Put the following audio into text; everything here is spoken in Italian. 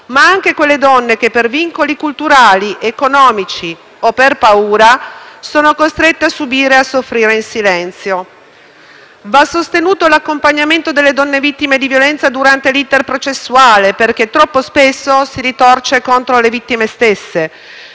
ma anche quelle donne che, per vincoli culturali, economici o per paura, sono costrette a subire e a soffrire in silenzio. Va sostenuto l'accompagnamento delle donne vittime di violenza durante l'*iter* processuale, che spesso si ritorce contro le vittime stesse.